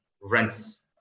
rents